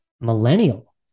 millennial